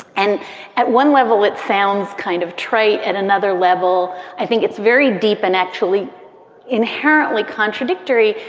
and at one level, it sounds kind of trite at another level. i think it's very deep and actually inherently contradictory.